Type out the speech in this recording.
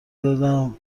دادم